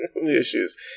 issues